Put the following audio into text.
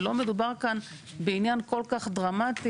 ולא מדובר כאן בעניין כל כך דרמטי,